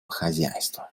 хозяйства